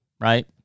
right